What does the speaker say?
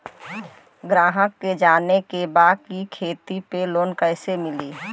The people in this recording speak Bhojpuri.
ग्राहक के जाने के बा की खेती पे लोन कैसे मीली?